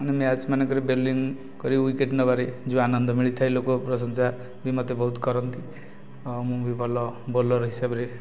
ମାନେ ମ୍ୟାଚ ମାନଙ୍କରେ ବୋଲିଂ କରି ୱିକେଟ ନେବାରେ ଯେଉଁ ଆନନ୍ଦ ମିଳିଥାଏ ଲୋକ ପ୍ରଶଂସା ବି ମୋତେ ବହୁତ କରନ୍ତି ଓ ମୁ ବି ଭଲ ବୋଲର ହିସାବରେ